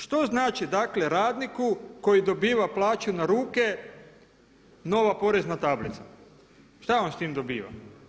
Što znači radniku koji dobiva plaću na ruke, nova porezna tablica, šta on s tim dobiva?